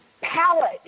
Palette